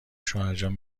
شوهرجان